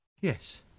Yes